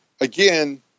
Again